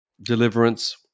deliverance